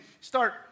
start